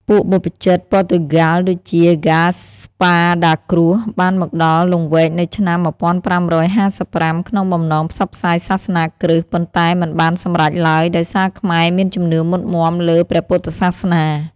ពួកបព្វជិតព័រទុយហ្គាល់ដូចជា ហ្គាស្ប៉ាដាគ្រួស បានមកដល់លង្វែកនៅឆ្នាំ ១៥៥៥ ក្នុងបំណងផ្សព្វផ្សាយសាសនាគ្រិស្ត ប៉ុន្តែមិនបានសម្រេចឡើយ ដោយសារខ្មែរមានជំនឿមុតមាំលើព្រះពុទ្ធសាសនា។